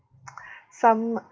some